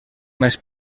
més